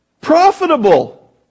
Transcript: profitable